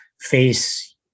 face